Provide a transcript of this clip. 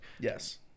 Yes